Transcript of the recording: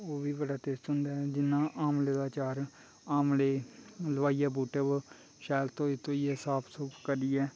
ओह् बी बड़ा टेस्टी होंदा जि'यां आमले दा चार आमले लोआइयै बूह्टे परा शैल धोई धुइयै साफ सुफ करियै